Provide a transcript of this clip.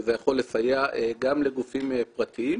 כי זה יכול לסייע גם לגופים פרטיים.